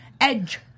Edge